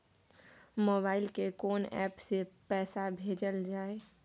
Mobile के कोन app से पैसा भेजल जाए?